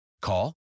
Call